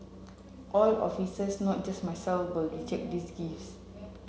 all officers not just myself will reject these gifts